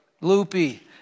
loopy